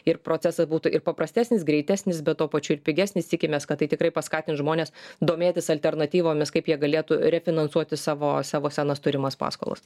ir procesas būtų ir paprastesnis greitesnis bet tuo pačiu ir pigesnis tikimės kad tai tikrai paskatins žmones domėtis alternatyvomis kaip jie galėtų refinansuoti savo savo senas turimas paskolas